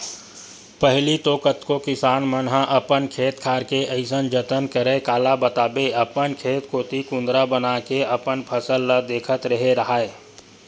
पहिली तो कतको किसान मन ह अपन खेत खार के अइसन जतन करय काला बताबे अपन खेत कोती कुदंरा बनाके अपन फसल ल देखत रेहे राहय